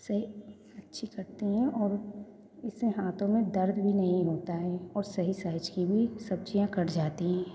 सही अच्छी कटती हैं और इससे हाथों में दर्द भी नहीं होता है और सही साइज की भी सब्ज़ियाँ कट जाती हैं